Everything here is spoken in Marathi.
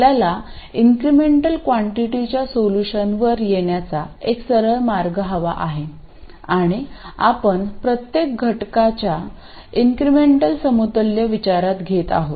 आपल्याला इन्क्रिमेंटल क्वांटीटीच्या सोलुशनवर येण्याचा एक सरळ मार्ग हवा आहे आणि आपण प्रत्येक घटकाच्या इन्क्रिमेंटल समतुल्य विचारात घेत आहोत